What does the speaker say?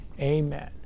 Amen